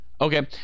Okay